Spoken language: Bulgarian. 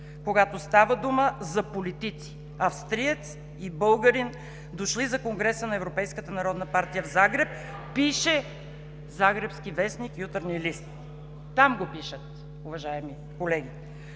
когато става дума за политици – австриец и българин, дошли за Конгреса на Европейската народна партия в Загреб“, пише загребският вестник „Ютарни лист“. Там го пишат, уважаеми колеги.